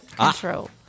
Intro